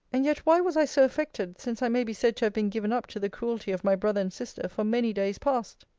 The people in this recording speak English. and yet, why was i so affected since i may be said to have been given up to the cruelty of my brother and sister for many days past?